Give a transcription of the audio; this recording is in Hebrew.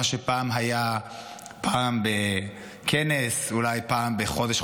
מה שפעם היה פעם בכנס או אולי פעם בחודש,